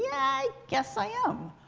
i guess i am.